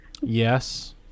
Yes